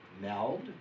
MELD